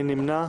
מי נמנע?